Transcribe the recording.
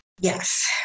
Yes